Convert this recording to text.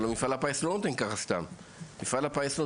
חלק ממרכיבי העלות בכלל לא נכנסים פנימה בתעריף,